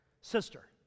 Sister